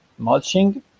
mulching